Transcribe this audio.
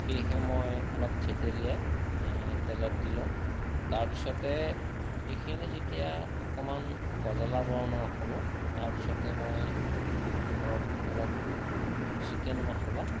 সেয়েহে মই অলপ থেতেলিয়াই এই তেলত দি লওঁ তাৰপিছতে এইখিনি যেতিয়া অকণমান কজলা বৰণৰ হ'ব তাৰপিছতে মই ধৰক অলপ চিকেন মছলা